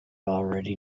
already